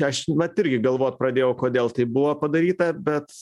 aš vat irgi galvot pradėjau kodėl tai buvo padaryta bet